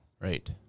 Right